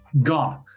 gone